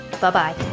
bye-bye